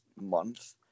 month